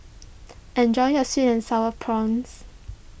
enjoy your Sweet and Sour Prawns